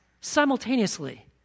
simultaneously